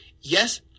Yes